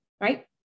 right